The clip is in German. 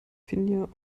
finja